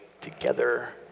together